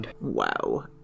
Wow